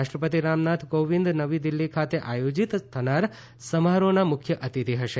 રાષ્ટ્રપતિ રામનાથ કોવિદ નવી દિલ્હી ખાતે આયોજીત થનાર સમારોહનાં મુખ્ય અતિથી હશે